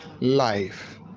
life